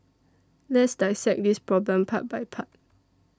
Let's dissect this problem part by part